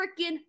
freaking